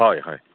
हय हय